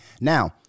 Now